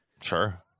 Sure